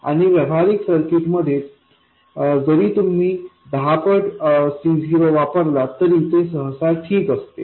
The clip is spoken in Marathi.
आणि व्यावहारिक सर्किटमध्ये जरी तुम्ही दहा पट C0 वापरला तरी ते सहसा ठीक असते